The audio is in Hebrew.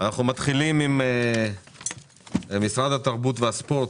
אנחנו מתחילים את הישיבה עם משרד התרבות והספורט,